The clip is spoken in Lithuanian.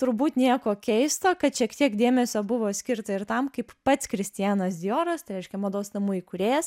turbūt nieko keisto kad šiek tiek dėmesio buvo skirta ir tam kaip pats kristianas dioras tai reiškia mados namų įkūrėjas